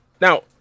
Now